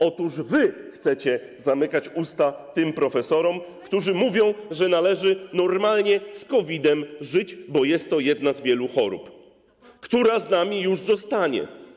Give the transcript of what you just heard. Otóż wy chcecie zamykać usta tym profesorom, którzy mówią, że należy normalnie z COVID-em żyć, bo jest to jedna z wielu chorób, która z nami już zostanie.